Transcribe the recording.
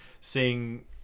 seeing